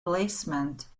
placement